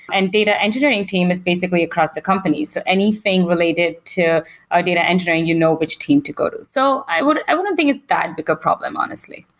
and data engineering team is basically across the company. so anything related to ah data engineering, you know which team to go to. so i wouldn't i wouldn't think it's that big of a problem, honestly.